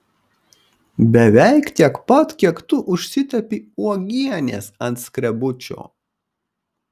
beveik tiek pat kiek tu užsitepi uogienės ant skrebučio